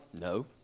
no